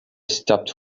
stopped